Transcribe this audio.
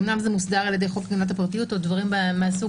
אמנם זה מוסדר על-ידי חוק הגנת הפרטיות או דברים מהסוג